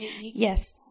Yes